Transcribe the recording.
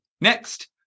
Next